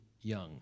young